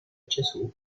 gesù